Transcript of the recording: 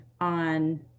on